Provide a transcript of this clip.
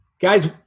Guys